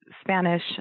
Spanish